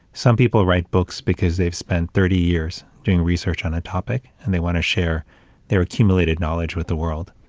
some people write books because they've spent thirty years doing research on a topic, and they want to share their accumulated knowledge with the world.